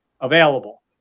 available